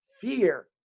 fear